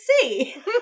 see